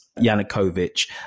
Yanukovych